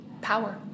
Power